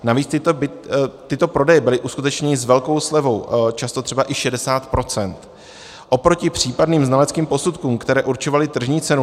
Navíc tyto prodeje byly uskutečněny s velkou slevou, často třeba i 60 %, oproti případným znaleckým posudkům, které určovaly tržní cenu.